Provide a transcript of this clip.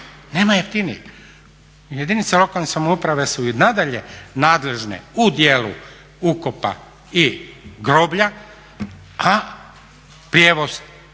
nema jeftinijeg. Jedinice lokalne samouprave su i nadalje nadležne u dijelu ukopa i groblja, a prijevoz